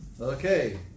Okay